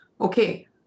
okay